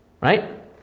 Right